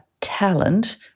talent